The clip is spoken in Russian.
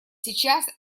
сейчас